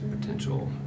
potential